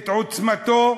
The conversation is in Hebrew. את עוצמתו,